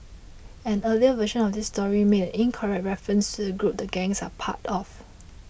an earlier version of this story made an incorrect reference to the group the gangs are part of